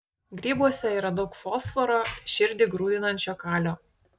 grybuose yra daug fosforo širdį grūdinančio kalio